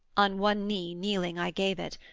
on one knee kneeling, i gave it,